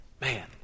Man